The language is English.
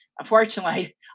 Unfortunately